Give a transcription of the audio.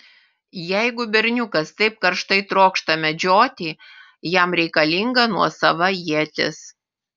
jeigu berniukas taip karštai trokšta medžioti jam reikalinga nuosava ietis